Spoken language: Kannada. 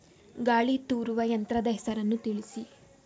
ಗಾಳಿ ತೂರುವ ಯಂತ್ರದ ಹೆಸರನ್ನು ತಿಳಿಸಿ?